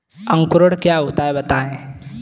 अंकुरण क्या होता है बताएँ?